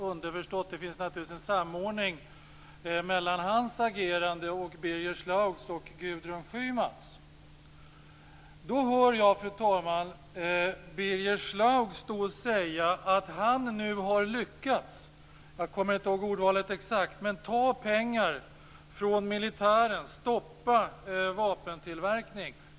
Underförstått finns det naturligtvis en samordning mellan hans agerande, Jag hör, fru talman, Birger Schlaug säga att han nu har lyckats - jag kommer inte ihåg ordvalet exakt - att ta pengar från militären och stoppa vapentillverkning.